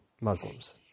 Muslims